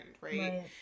right